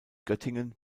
göttingen